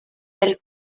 del